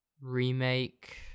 remake